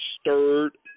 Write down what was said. stirred